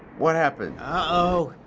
what happened? uh-oh.